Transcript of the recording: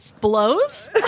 blows